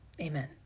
Amen